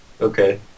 Okay